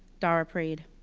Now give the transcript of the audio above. dara prayed.